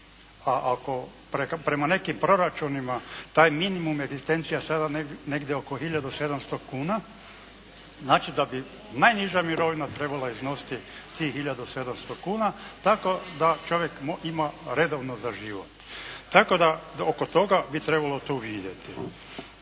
A ako prema nekim proračunima taj minimum egzistencija sada negdje oko hiljadu 700 kuna znači da bi najniža mirovina trebala iznositi tih hiljadu 700 kuna tako da čovjek ima redovno za život. Tako da oko toga bi trebalo tu vidjeti.